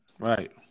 Right